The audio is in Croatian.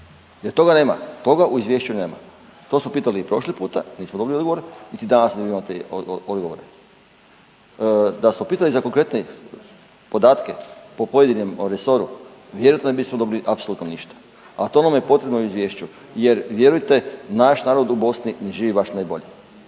Jer toga nema, toga u izvješću nema. To smo pitali i prošli puta, nismo dobili odgovor. Niti danas ne dobivamo te odgovore. Da smo pitali za konkretne podatke po pojedinom resoru vjerojatno ne bismo dobili apsolutno ništa, a to nam je potrebno u izvješću jer vjerujte naš narod u Bosni ne živi baš najbolje.